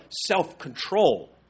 self-control